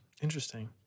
Interesting